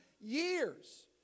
years